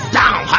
down